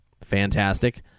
fantastic